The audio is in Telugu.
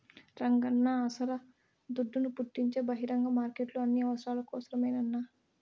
రంగన్నా అస్సల దుడ్డును పుట్టించే బహిరంగ మార్కెట్లు అన్ని అవసరాల కోసరమేనన్నా